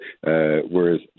whereas